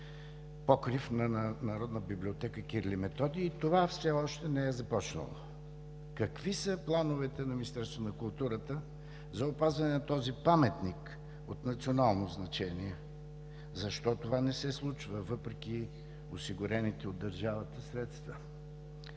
покрив на Народната библиотека „Св. св. Кирил и Методий“ и това все още не е започнало. Какви са плановете на Министерството на културата за опазване на този паметник от национално значение? Защо това не се случва, въпреки осигурените от държавата средства